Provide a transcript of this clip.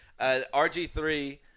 RG3